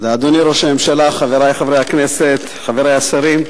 אדוני ראש הממשלה, חברי חברי הכנסת, חברי השרים,